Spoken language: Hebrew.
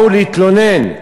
באו להתלונן,